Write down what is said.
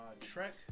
Trek